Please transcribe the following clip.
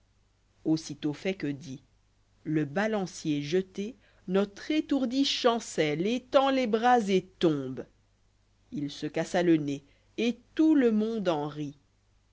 aussitôt fait que dit le balancier jeté notre étourdi chancelle étend les bras et tombe h se cassa le nez et tout le monde en